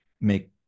make